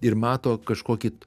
ir mato kažkokį